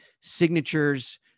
signatures